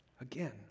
Again